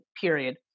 period